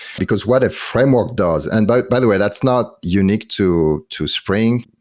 because what a framework does and but by the way, that's not unique to to spring.